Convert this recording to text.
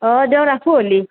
অঁ দিয়ক ৰাখো হ'লে